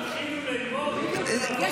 הם כבר התחילו ללמוד, התחילו לעבוד.